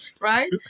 Right